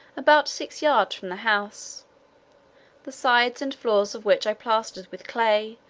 about six yards from the house the sides and floors of which i plastered with clay,